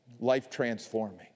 life-transforming